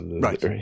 Right